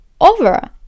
over